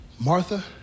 Martha